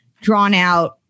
drawn-out